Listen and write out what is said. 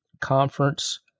conference